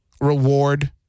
reward